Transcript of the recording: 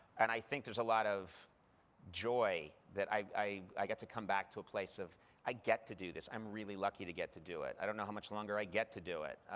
and i think there's a lot of joy. that i i get to come back to a place of i get to do this. i'm really lucky to get to do it. i don't know how much longer i get to do it,